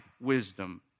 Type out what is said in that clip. wisdom